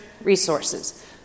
resources